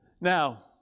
Now